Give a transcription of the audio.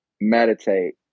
Meditate